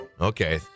Okay